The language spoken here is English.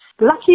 lucky